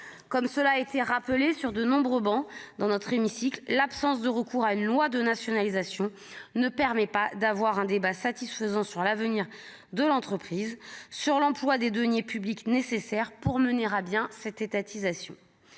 comme cela a été rappelé sur de nombreux bancs dans notre hémicycle l'absence de recours à une loi de nationalisation ne permet pas d'avoir un débat satisfaisant sur l'avenir de l'entreprise sur l'emploi des deniers publics nécessaires pour mener à bien cette étatisation